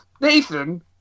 Nathan